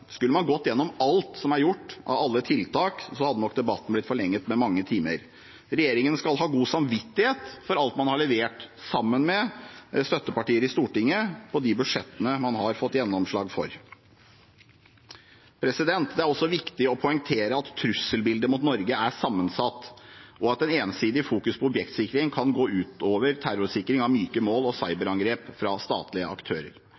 Skulle man gått igjennom alt som er gjort av tiltak, hadde nok debatten blitt forlenget med mange timer. Regjeringen skal ha god samvittighet for alt man har levert sammen med støttepartier i Stortinget på de budsjettene man har fått gjennomslag for. Det er også viktig å poengtere at trusselbildet mot Norge er sammensatt, og at ensidig fokus på objektsikring kan gå ut over terrorsikring av myke mål og cyberangrep fra statlige aktører.